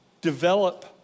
develop